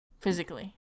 physically